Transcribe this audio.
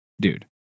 dude